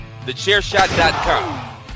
TheChairShot.com